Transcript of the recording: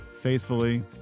faithfully